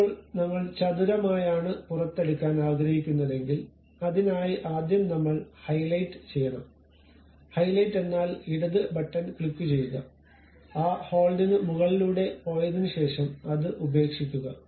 ഇപ്പോൾ നമ്മൾ ചതുരമായാണ് പുറത്തെടുക്കാൻ ആഗ്രഹിക്കുന്നതെങ്കിൽ അതിനായി ആദ്യം നമ്മൾ ഹൈലൈറ്റ് ചെയ്യണം ഹൈലൈറ്റ് എന്നാൽ ഇടത് ബട്ടൺ ക്ലിക്കുചെയ്യുക ആ ഹോൾഡിന് മുകളിലൂടെ പോയതിനുശേഷം അത് ഉപേക്ഷിക്കുക